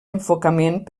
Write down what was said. enfocament